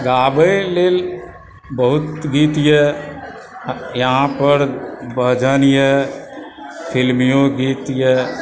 गाबए लेल बहुत गीत यऽ यहाँ पर भजन यऽ फिल्मीओ गीत यऽ